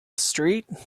street